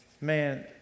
Man